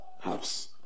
house